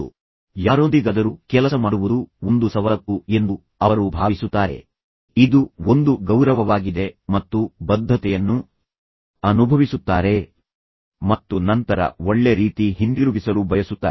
ಕೆಲಸ ಮಾಡುವ ಯಾರೊಂದಿಗಾದರೂ ಕೆಲಸ ಮಾಡುವುದು ಒಂದು ಸವಲತ್ತು ಎಂದು ಅವರು ಭಾವಿಸುತ್ತಾರೆ ಇದು ಒಂದು ಸವಲತ್ತು ಅಲ್ಲಿ ಇರುವುದು ಒಂದು ಗೌರವವಾಗಿದೆ ಮತ್ತು ನಂತರ ಅವರು ಬದ್ಧತೆಯನ್ನು ಅನುಭವಿಸುತ್ತಾರೆ ಮತ್ತು ನಂತರ ಒಳ್ಳೆ ರೀತಿ ಹಿಂದಿರುಗಿಸಲು ಬಯಸುತ್ತಾರೆ